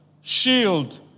shield